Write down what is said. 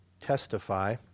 testify